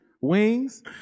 Wings